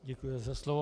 Děkuji za slovo.